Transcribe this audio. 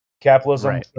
Capitalism